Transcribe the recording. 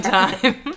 time